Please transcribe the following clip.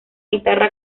guitarra